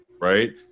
right